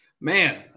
man